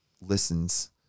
listens